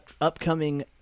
upcoming